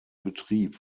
betrieb